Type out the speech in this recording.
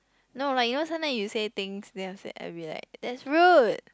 no like you know sometime you say things then I'll say I'll be like that's rude